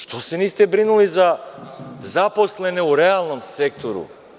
Što se niste brinuli za zaposlene u realnom sektoru?